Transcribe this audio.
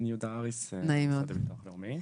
עו"ד יהודה הריס מהביטוח הלאומי.